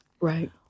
Right